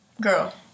Girl